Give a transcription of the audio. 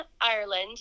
ireland